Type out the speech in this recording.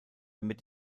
damit